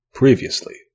previously